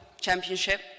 championship